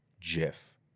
Jiff